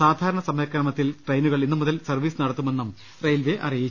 സാധാരണ സമയക്രമത്തിൽ ട്രെയിനുകൾ ഇന്നുമുതൽ സർവീസ് നടത്തുമെന്നും റെയിൽവെ അറിയിച്ചു